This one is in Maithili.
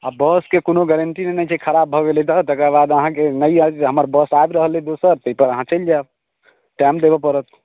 आओर बसके कोनो गारंटी नहि ने छै खराब भऽ गेलै तऽ तकरा बाद अहाँके ई हैत जे हमर बस आबि रहल अछि दोसर तैपर अहाँ चलि जायब टाइम देबऽ पड़त